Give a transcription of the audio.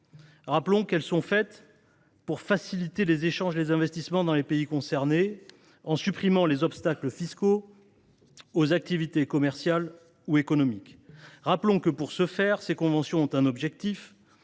Rappelons qu’elles sont conclues pour faciliter les échanges et les investissements dans les pays concernés, en supprimant les obstacles fiscaux aux activités commerciales ou économiques. Rappelons que, pour ce faire, ces conventions ont un objectif